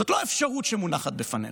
זאת לא אפשרות שמונחת בפנינו,